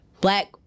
black